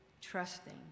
trusting